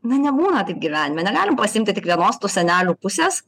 na nebūna gyvenime negalim pasiimti tik vienos tų senelių pusės